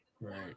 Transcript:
right